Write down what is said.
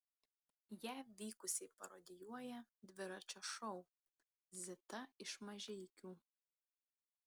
ją vykusiai parodijuoja dviračio šou zita iš mažeikių